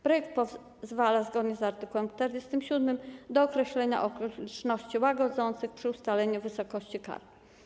Projekt pozwala zgodnie z art. 47 na określenie okoliczności łagodzących przy ustaleniu wysokości kar.